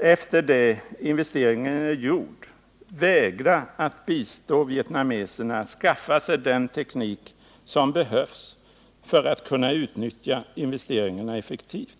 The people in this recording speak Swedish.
efter det att investeringen är gjord, vägra att bistå vietnameserna med att skaffa sig den teknik som behövs för att kunna utnyttja investeringarna effektivt.